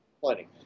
Plenty